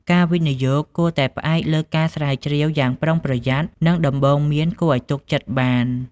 ការវិនិយោគគួរតែផ្អែកលើការស្រាវជ្រាវយ៉ាងប្រុងប្រយ័ត្ន និងដំបូន្មានគួរឱ្យទុកចិត្តបាន។